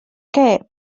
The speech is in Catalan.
que